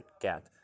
get